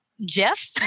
jeff